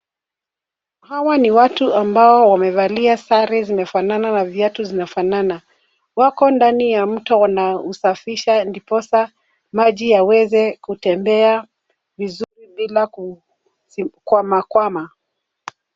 Hawa ni watu ambao wamevalia sare ambazo zimefanana na viatu zinafanana. Wako ndani ya mto na husafisha ndiposa maji yaweze kutembea vizuri bila kukwamakwama.